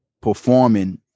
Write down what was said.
performing